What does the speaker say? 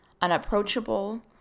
unapproachable